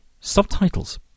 subtitles